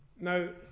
Now